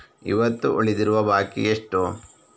ಇವತ್ತು ಉಳಿದಿರುವ ಬಾಕಿ ಎಷ್ಟು?